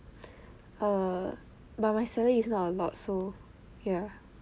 err but my salary is not a lot so yeah